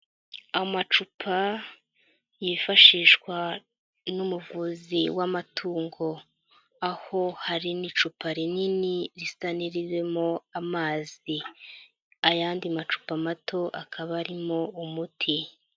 Amacupa yifashishwa n'umuvuzi w'amatungo. Aho hari n'icupa rinini risa n'iririmo amazi. Ayandi macupa mato akaba arimo umuti.